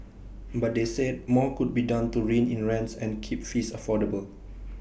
but they said more could be done to rein in rents and keep fees affordable